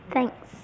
Thanks